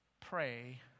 Pray